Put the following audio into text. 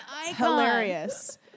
Hilarious